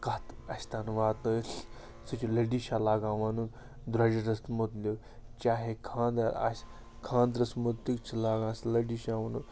کَتھ اَسہِ تام واتنٲیِتھ سُہ چھُ لٔڈِشاہ لاگان وَنُن درٛوٚجرَس مُتعلِق چاہے خانٛدر آسہِ خانٛدرَس مُتعلِق چھُ لاگان سُہ لٔڈِشاہ وَنُن